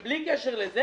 ובלי קשר לזה,